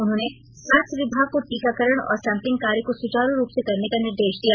उन्होंने स्वास्थ्य विभाग को टीकाकरण और सैंपलिग कार्य को सुचारू रूप से करने का निर्देश दिए